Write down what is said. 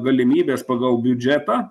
galimybes pagal biudžetą